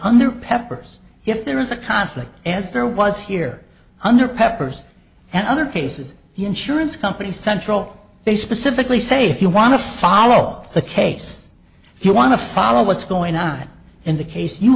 under peppers if there is a conflict as there was here under peppers and other cases the insurance company central they specifically say if you want to follow the case if you want to follow what's going on in the case you